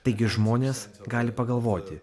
taigi žmonės gali pagalvoti